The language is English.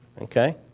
okay